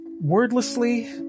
wordlessly